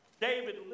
David